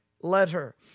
letter